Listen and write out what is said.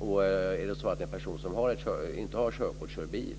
Om en person utan körkort kör bil,